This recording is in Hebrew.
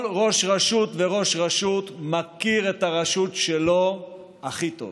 כל ראש רשות וראש רשות מכיר את הרשות שלו הכי טוב.